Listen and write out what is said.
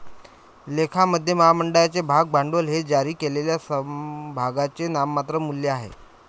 लेखामध्ये, महामंडळाचे भाग भांडवल हे जारी केलेल्या समभागांचे नाममात्र मूल्य आहे